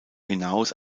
hinaus